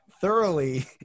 Thoroughly